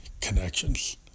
connections